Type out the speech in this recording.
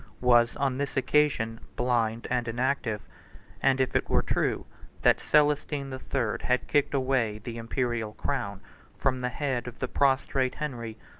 was on this occasion blind and inactive and if it were true that celestine the third had kicked away the imperial crown from the head of the prostrate henry,